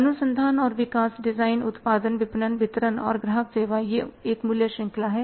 अनुसंधान और विकास डिजाइन उत्पादन विपणन वितरण और ग्राहक सेवा यह एक मूल्य श्रृंखला है